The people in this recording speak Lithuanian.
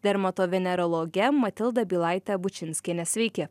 dermatovenerologe matilda bylaite bučinskiene sveiki